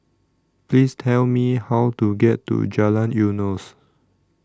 Please Tell Me How to get to Jalan Eunos